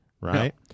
Right